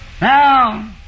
Now